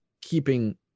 keeping